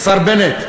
השר בנט,